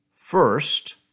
First